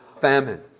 famine